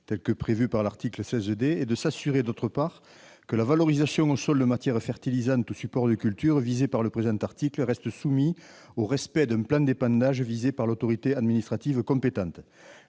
tel que prévu par l'article 16 D, et, d'autre part, à s'assurer que la valorisation au sol de matières fertilisantes ou supports de culture reste soumise au respect d'un plan d'épandage visé par l'autorité administrative compétente.